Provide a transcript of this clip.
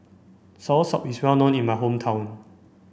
Soursop is well known in my hometown